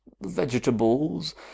vegetables